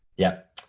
yep,